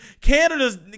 Canada's